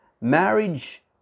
marriage